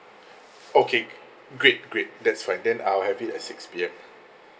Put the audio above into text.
okay great great that's fine then I'll have it at six P_M